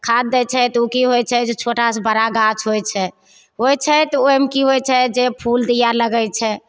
खाद दै छै तऽ ओ की होइत छै जे छोटासँ बड़ा गाछ होइत छै होइत छै तऽ ओहिमे की होइत छै जे फूल दिए लगैत छै